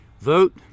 vote